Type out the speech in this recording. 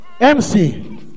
MC